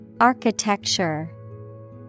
Architecture